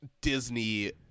disney